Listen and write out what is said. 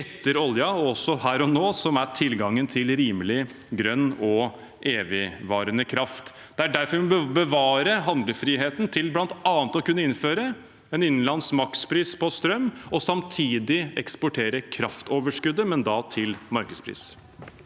etter oljen, og også her og nå, som er tilgangen til rimelig, grønn og evigvarende kraft. Det er derfor vi bør bevare handlefriheten til bl.a. å kunne innføre en innenlandsmakspris på strøm og samtidig eksportere kraftoverskuddet, men da til markedspris.